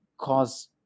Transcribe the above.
cause